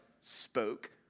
spoke